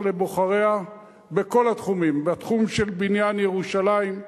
לבוחריה בכל התחומים: בתחום של בניין ירושלים,